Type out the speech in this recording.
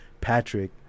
Patrick